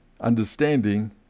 understanding